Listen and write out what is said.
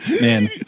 Man